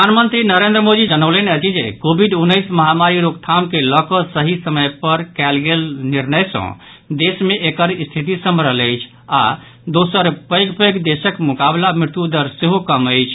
प्रधानमंत्री नरेंद्र मोदी जनौलनि अछि जे कोविड उन्नैस महामारी रोकथाम के लऽ कऽ सही समय पर कयल गेल निर्णय सँ देश मे एकर स्थिति सम्हरल अछि आओर दोसर पैघ पैघ देशक मुकाबला मृत्युदर सेहो कम अछि